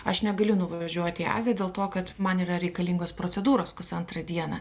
aš negaliu nuvažiuoti į aziją dėl to kad man yra reikalingos procedūros kas antrą dieną